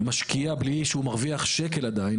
משקיע בלי שהוא מרוויח שקל עדיין,